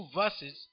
verses